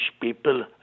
people